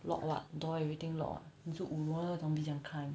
lock what door everything lock 你住五楼那种 zombie 怎样开